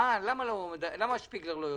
למה שפיגלר לא יודע?